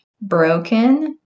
broken